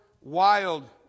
wild